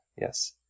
yes